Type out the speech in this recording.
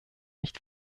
nicht